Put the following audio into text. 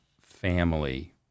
family